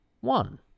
one